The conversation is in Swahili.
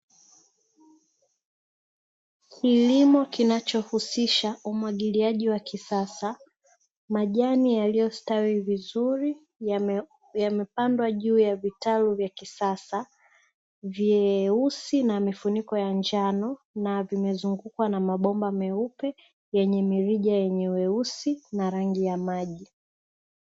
Kilimo kinachohusisha umwagiliaji wa kisasa, majani yaliyostawi vizuri, yamepandwa juu ya vitalu vya kisasa vyeusi na mifuniko ya njano, na vimezungukwa na mabomba meupe, yenye mirija yenye weusi na rangi ya maji.